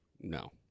No